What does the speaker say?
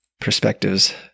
perspectives